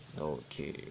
Okay